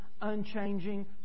unchanging